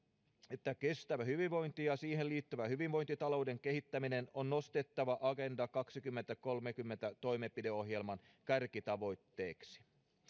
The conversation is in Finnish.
että kestävä hyvinvointi ja siihen liittyvä hyvinvointitalouden kehittäminen on nostettava agenda kaksituhattakolmekymmentä toimenpideohjelman kärkitavoitteeksi